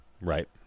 Right